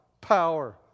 power